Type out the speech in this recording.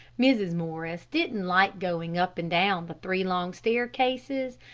mrs. morris didn't like going up and down the three long staircases,